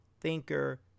thinker